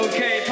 Okay